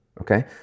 Okay